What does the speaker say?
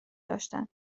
داشتند